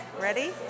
Ready